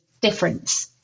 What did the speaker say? difference